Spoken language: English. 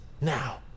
now